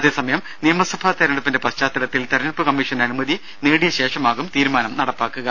അതേസമയം നിയമസഭാ തിരഞ്ഞെടുപ്പിന്റെ പശ്ചാത്തലത്തിൽ തിരഞ്ഞെടുപ്പ് കമ്മീഷന്റെ അനുമതി നേടിയ ശേഷമാകും തീരുമാനം നടപ്പിലാക്കുക